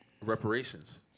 reparations